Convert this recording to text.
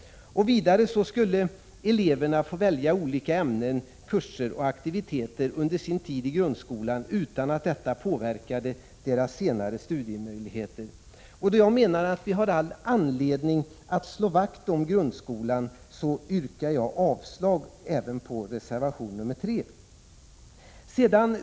Vidare skulle eleverna få välja olika ämnen, kurser och aktiviteter under sin tid i grundskolan utan att detta påverkade deras senare studiemöjligheter. Då jag menar att vi har all anledning att slå vakt om grundskolan, yrkar jag avslag på även reservation 3.